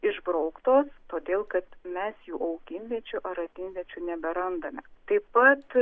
išbrauktos todėl kad mes jų augimviečių ar radimviečių neberandame taip pat